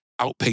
outpatient (